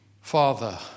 Father